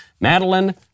Madeline